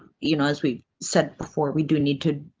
you know, as we said before we do need to.